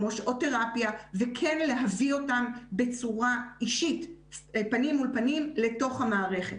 שעות תרפיה וכן להביא אותם בצורה אישית פנים מול פנים לתוך המערכת.